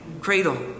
cradle